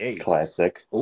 classic